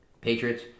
Patriots